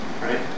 right